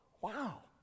wow